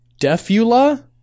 Defula